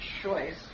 choice